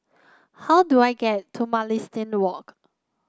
how do I get to Mugliston Walk